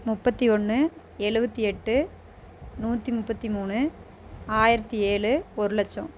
முப்பத்து ஒன்று எழுபத்தி எட்டு நூற்றி முப்பத்து மூணு ஆயிரத்து ஏழு ஒரு லட்சம்